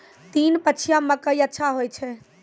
तीन पछिया मकई अच्छा होय छै?